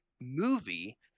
movie